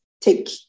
take